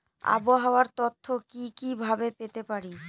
আবহাওয়ার তথ্য কি কি ভাবে পেতে পারি?